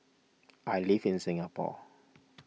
I live in Singapore